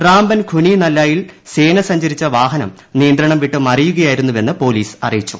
റാംബൻ ഖുനി നല്ലായിൽ സ്നെ സഞ്ചരിച്ച വാഹനം നിയന്ത്രണം വിട്ട് മറിയുകയായിരുന്നുവെന്ന് പോലീസ് അറിയിച്ചു